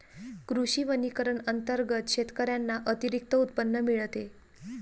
कृषी वनीकरण अंतर्गत शेतकऱ्यांना अतिरिक्त उत्पन्न मिळते